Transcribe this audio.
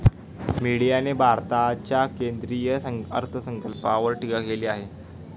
मीडियाने भारताच्या केंद्रीय अर्थसंकल्पावर टीका केली आहे